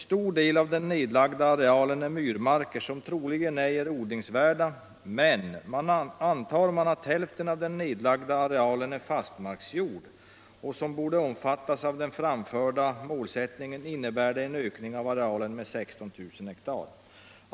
En del av den nedlagda arealen är myrmarker som troligen ej är odlingsvärda, men antar man att hälften av den nedlagda arealen är fastmarksjord och som borde omfattas av den framförda målsättningen innebär det en ökning av arealen med 16 000 ha.